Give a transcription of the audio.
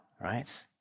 right